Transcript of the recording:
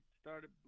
started